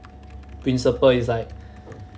principle is like